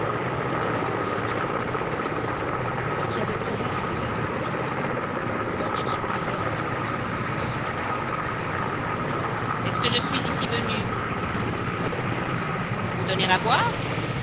c'estoit la même fée qui avoit apparu à sa sœur mais qui avoit pris l'air et les habits d'une princesse pour voir jusqu'où iroit la malhonnesteté de cette fille est-ce que je suis icy venuë luy dit cette brutale orgueileuse pour vous donner à boire